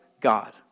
God